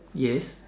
yes